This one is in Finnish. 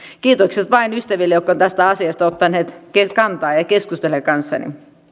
kiitokset vain ystäville jotka ovat tästä asiasta ottaneet kantaa ja ja keskustelleet kanssani